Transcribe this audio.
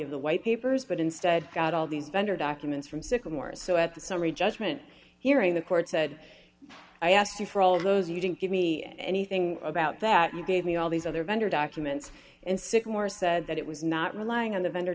of the white papers but instead got all these vendor documents from sycamore so at the summary judgment hearing the court said i asked you for all those you didn't give me anything about that you gave me all these other vendor documents and six more said that it was not relying on the vendor